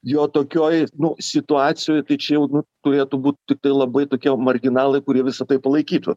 jo tokioj nu situacijoj tai čia turėtų būt tiktai labai tokie marginalai kurie visa tai palaikytų